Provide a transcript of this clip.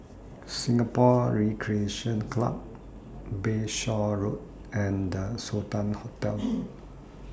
Singapore Recreation Club Bayshore Road and The Sultan Hotel